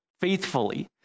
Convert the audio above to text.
faithfully